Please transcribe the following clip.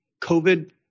COVID